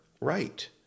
right